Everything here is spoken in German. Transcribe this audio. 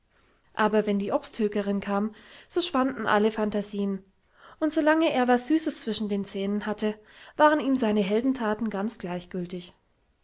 aber wenn die obsthökerin kam so schwanden alle phantasieen und so lange er was süßes zwischen den zähnen hatte waren ihm seine heldenthaten ganz gleichgiltig